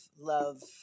love